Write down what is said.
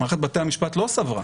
מערכת בתי המשפט לא סברה